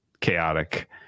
chaotic